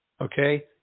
Okay